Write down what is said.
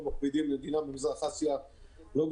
במדינות מזרח אסיה מאוד מאוד מקפידים,